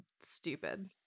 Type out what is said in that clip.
stupid